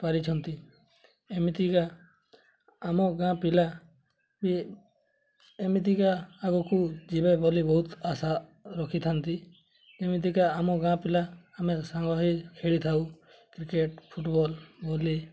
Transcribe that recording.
ପାରିଛନ୍ତି ଏମିତିକା ଆମ ଗାଁ ପିଲା ବି ଏମିତିକା ଆଗକୁ ଯିବେ ବୋଲି ବହୁତ ଆଶା ରଖିଥାନ୍ତି ଏମିତିକା ଆମ ଗାଁ ପିଲା ଆମେ ସାଙ୍ଗ ହେଇ ଖେଳିଥାଉ କ୍ରିକେଟ୍ ଫୁଟବଲ୍ ଭଲି